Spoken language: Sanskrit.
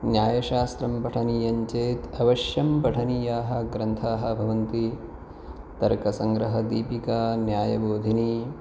न्यायशास्त्रं पठनीयञ्चेत् अवश्यं पठनीयाः ग्रन्थाः भवन्ति तर्कसङ्ग्रहदीपिका न्यायबोधिनी